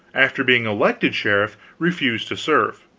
after being elected sheriff, refused to serve.